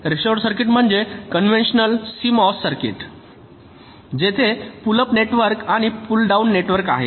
रेशोईड circuit म्हणजे conventional CMOS circuit जेथे pull up network आणि पुल डाउन नेटवर्क आहे